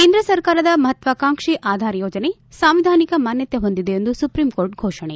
ಕೇಂದ್ರ ಸರ್ಕಾರದ ಮಹತ್ವಾಕಾಂಕ್ಷಿ ಆಧಾರ್ ಯೋಜನೆ ಸಾಂವಿಧಾನಿಕ ಮಾನ್ಗತೆ ಹೊಂದಿದೆ ಎಂದು ಸುಪ್ರೀಂಕೋರ್ಟ್ ಘೋಷಣೆ